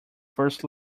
first